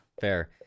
Fair